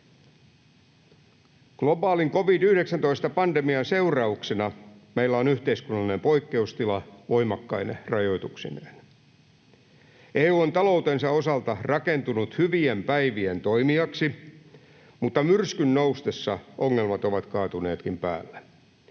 Globaalin covid-19-pandemian seurauksena meillä on yhteiskunnallinen poikkeustila voimakkaine rajoituksineen. EU on taloutensa osalta rakentunut hyvien päivien toimijaksi, mutta myrskyn noustessa ongelmat ovat kaatuneetkin päälle.